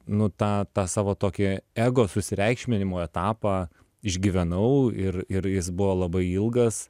nu tą tą savo tokį ego susireikšminimo etapą išgyvenau ir ir jis buvo labai ilgas